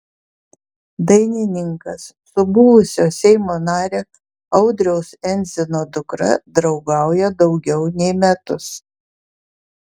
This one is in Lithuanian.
dainininkas su buvusio seimo nario audriaus endzino dukra draugauja daugiau nei metus